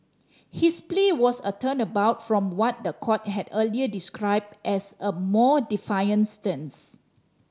his plea was a turnabout from what the court had earlier described as a more defiant stance